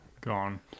Gone